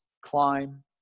climb